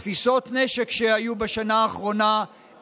תפיסות נשק שהיו בשנה האחרונה,